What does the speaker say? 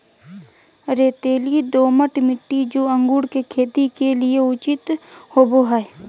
रेतीली, दोमट मिट्टी, जो अंगूर की खेती के लिए उचित होवो हइ